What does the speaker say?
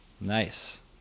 Nice